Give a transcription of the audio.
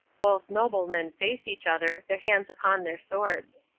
both noblemen faced each other, their hands upon their swords.